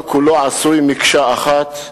לא כולו עשוי מקשה אחת.